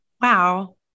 wow